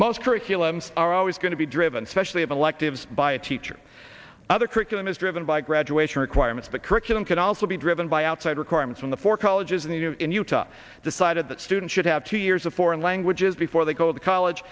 most curriculum are always going to be driven specially of electives by a teacher other curriculum is driven by graduation requirements the curriculum can also be driven by outside requirements from the four colleges and they do in utah decided that students should have two years of foreign languages before they go to college